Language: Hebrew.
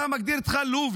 אתה מגדיר את עצמך לובי.